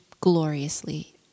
gloriously